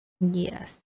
Yes